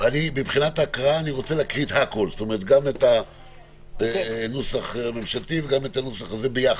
-- אני רוצה להקריא גם את הנוסח הממשלתי וגם את הנוסח הזה יחד,